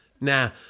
Now